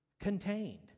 contained